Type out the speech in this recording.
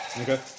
Okay